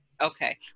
okay